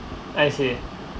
I see